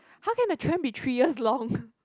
how can the trend be three years long